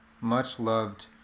much-loved